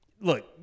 look